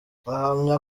ahamya